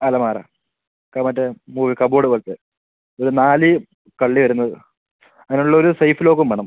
അലമാര മറ്റെ full cupboard പോലത്തെ ഒര് നാല് കള്ളി വരുന്നത് അതിന് ഉള്ള ഒര് സേഫ് ലോക്കും വേണം